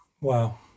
Wow